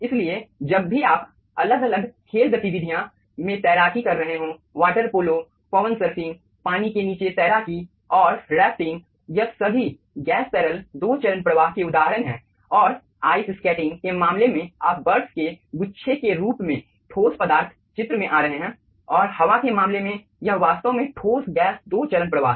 इसलिए जब भी आप अलग अलग खेल गतिविधियाँ में तैराकी कर रहे हों वाटर पोलो पवन सर्फिंग पानी के नीचे तैराकी और राफ्टिंग यह सभी गैस तरल दो चरण प्रवाह के उदाहरण हैं और आइस स्केटिंग के मामले में आप बर्फ के गुच्छे के रूप में ठोस पदार्थ चित्र में आ रहे हैं और हवा के मामले में यह वास्तव में ठोस गैस दो चरण प्रवाह है